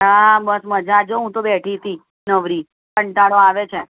હા બસ મજા જો હું તો બેઠી હતી નવરી કંટાળો આવે છે